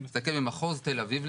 במחוז תל אביב,